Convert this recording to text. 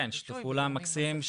כן, שיתוף פעולה מקסים.